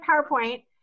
PowerPoint